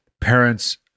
parents